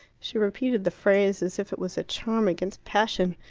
she repeated the phrase as if it was a charm against passion.